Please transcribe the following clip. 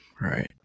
Right